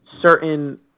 certain